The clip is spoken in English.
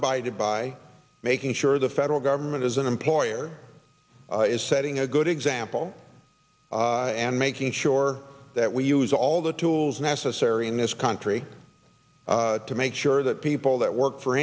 abided by making sure the federal government as an employer is setting a good example and making sure that we use all the tools necessary in this country to make sure that people that work for